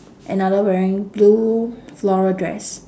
another wearing blue flora dress